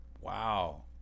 Wow